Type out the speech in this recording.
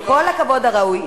עם כל הכבוד הראוי,